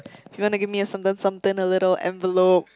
you want to give me a certain something a little envelope